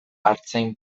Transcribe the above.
artzain